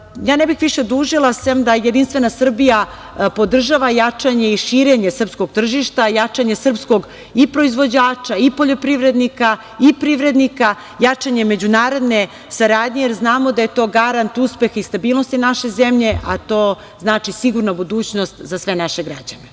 bih više dužila, sem da Jedinstvena Srbija podržava jačanje i širenje srpskog tržišta, jačanje srpskog i proizvođača i poljoprivrednika i privrednika, jačanje međunarodne saradnje, jer znamo da je to garant uspeha i stabilnosti naše zemlje, a to znači sigurna budućnost za sve naše